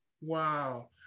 Wow